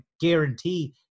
guarantee